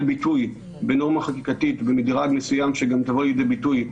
ביטוי בנורמה חקיקתית במדרג מסוים שגם תבוא לידי ביטוי,